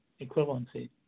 equivalency